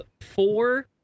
four